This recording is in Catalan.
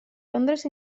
londres